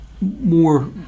more